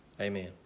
Amen